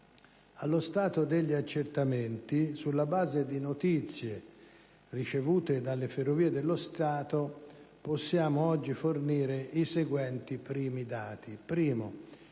Allo stato degli accertamenti, sulla base di notizie ricevute dalle Ferrovie dello Stato, possiamo oggi fornire i seguenti primi dati, che